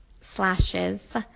slashes